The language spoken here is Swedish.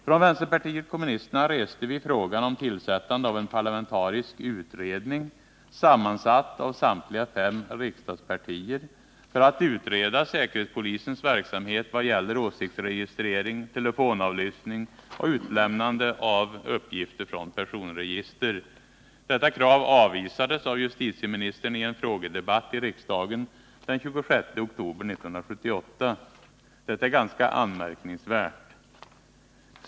Från vänsterpartiet kommunisterna reste vi frågan om tillsättande av en parlamentarisk utredning, sammansatt av samtliga fem riksdagspartier, för att utreda säkerhetspolisens verksamhet vad gäller åsiktsregistrering, telefonavlyssning och utlämnande av uppgifter från personregister. Detta krav avvisades av justitieministern i en frågedebatt i riksdagen den 26 oktober 1978. Detta är ganska anmärkningsvärt.